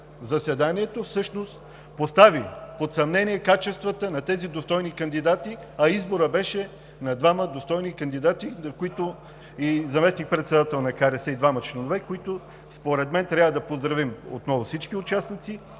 заседанието всъщност постави под съмнение качествата на тези достойни кандидати, а изборът беше за достойни кандидати – заместник-председател и двама членове, които според мен трябва да поздравим отново, а и всички участници.